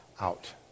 out